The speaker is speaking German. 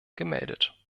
gemeldet